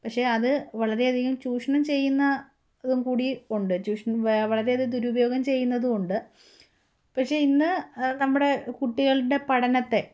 പക്ഷെ അതു വളരെയധികം ചൂഷണം ചെയ്യുന്നതും കൂടി ഉണ്ട് ചുഷണം വളരെയധികം ദുരുപയോഗം ചെയ്യുന്നതും ഉണ്ട് പക്ഷെ ഇന്നു നമ്മുടെ കുട്ടികളുടെ പഠനത്തെ